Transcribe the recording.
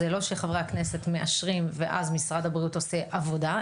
זה לא שחברי הכנסת מאשרים ואז משרד הבריאות עושה עבודה,